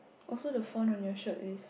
also the font on your shirt is